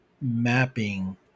mapping